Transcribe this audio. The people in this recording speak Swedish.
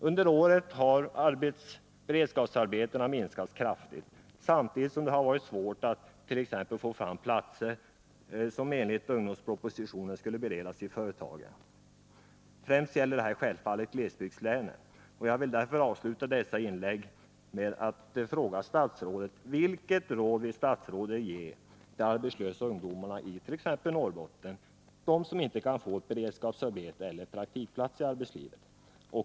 Under året har antalet beredskapsarbeten minskat kraftigt samtidigt som det har varit svårt att t.ex. få fram de platser som enligt ”ungdomspropositionen” skulle beredas i företagen. Främst gäller detta självfallet glesbygdslänen. Jag vill därför avsluta detta inlägg med att fråga: Vilket råd vill statsrådet ge de arbetslösa ungdomarna i t.ex. Norrbotten som inte kan få beredskapsarbete eller praktikplats i arbetslivet?